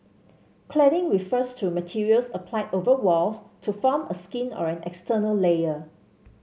cladding refers to materials applied over walls to form a skin or an external layer